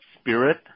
spirit